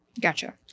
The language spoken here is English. Gotcha